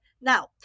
Now